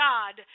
God